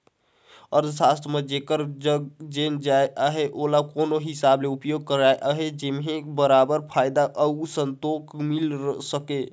अर्थसास्त्र म जेकर जग जेन जाएत अहे ओला कोन हिसाब ले उपयोग करना अहे जेम्हो बगरा फयदा अउ संतोक मिल सके